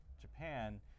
Japan